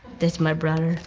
this my brother.